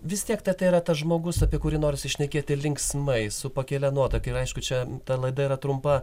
vis tiek tatai yra tas žmogus apie kurį norisi šnekėti linksmai su pakilia nuotaika ir aišku čia ta laida yra trumpa